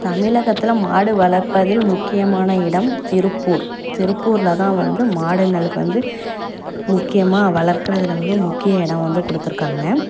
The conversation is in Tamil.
தமிழகத்துல மாடு வளர்ப்பதில் முக்கியமான இடம் திருப்பூர் திருப்பூர்ல தான் வந்து மாடுகளுக்கு வந்து முக்கியமாக வளர்க்கறதில் வந்து முக்கிய இடம் வந்து கொடுத்துருக்காங்க